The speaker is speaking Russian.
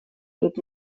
тут